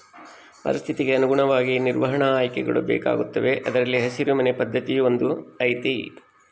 ಪರಿಸ್ಥಿತಿಗೆ ಅನುಗುಣವಾಗಿ ನಿರ್ವಹಣಾ ಆಯ್ಕೆಗಳು ಬೇಕಾಗುತ್ತವೆ ಅದರಲ್ಲಿ ಹಸಿರು ಮನೆ ಪದ್ಧತಿಯೂ ಒಂದು ಐತಿ